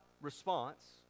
response